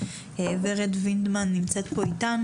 ורד וינדמן נמצאת פה איתנו,